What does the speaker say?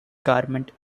garment